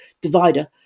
divider